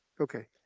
okay